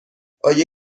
آیا